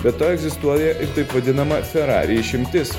be to egzistuoja taip vadinama ferari išimtis